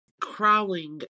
crawling